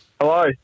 Hello